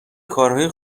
کارهای